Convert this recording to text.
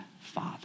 father